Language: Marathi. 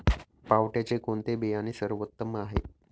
पावट्याचे कोणते बियाणे सर्वोत्तम आहे?